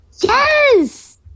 yes